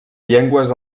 llengües